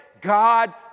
God